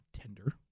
tender